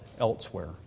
elsewhere